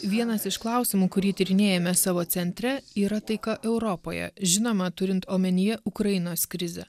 vienas iš klausimų kurį tyrinėjame savo centre yra taika europoje žinoma turint omenyje ukrainos krizę